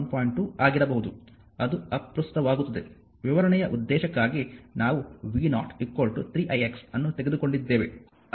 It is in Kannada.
2 ಆಗಿರಬಹುದು ಅದು ಅಪ್ರಸ್ತುತವಾಗುತ್ತದೆ ವಿವರಣೆಯ ಉದ್ದೇಶಕ್ಕಾಗಿ ನಾವು v03ix ಅನ್ನು ತೆಗೆದುಕೊಂಡಿದ್ದೇವೆ